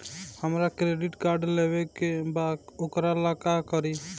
हमरा credit card लेवे के बा वोकरा ला का करी?